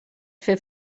fer